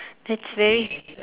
that's very